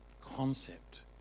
concept